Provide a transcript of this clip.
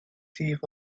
thief